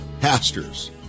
pastors